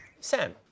Sam